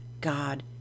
God